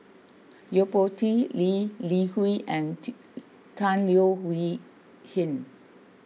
Yo Po Tee Lee Li Hui and T Tan Leo Wee Hin